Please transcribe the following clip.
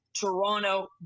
Toronto